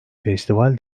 festival